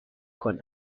کند